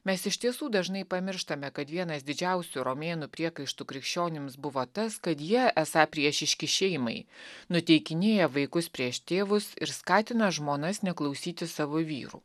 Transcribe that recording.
mes iš tiesų dažnai pamirštame kad vienas didžiausių romėnų priekaištų krikščionims buvo tas kad jie esą priešiški šeimai nuteikinėja vaikus prieš tėvus ir skatina žmonas neklausyti savo vyrų